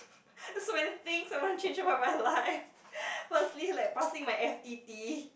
so many things I want to change about my life firstly like passing my f_t_t